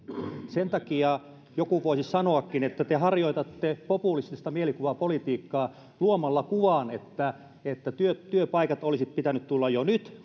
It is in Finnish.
sen takia joku voisi sanoakin että te harjoitatte populistista mielikuvapolitiikkaa luomalla kuvan että että työpaikkojen olisi pitänyt tulla jo nyt